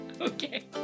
okay